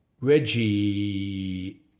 Reggie